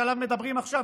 שעליו מדברים עכשיו,